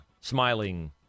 smiling